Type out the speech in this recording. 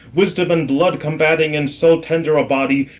wisdom and blood combating in so tender a body,